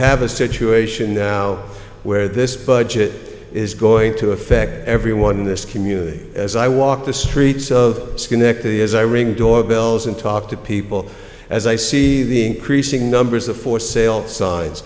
have a situation now where this budget is going to affect everyone in this community as i walk the streets of schenectady as i ring doorbells and talk to people as i see the increasing numbers of for sale si